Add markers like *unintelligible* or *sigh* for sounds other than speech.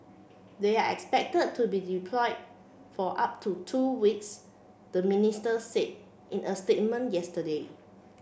they are expected to be deployed for up to two weeks the *unintelligible* said in a statement yesterday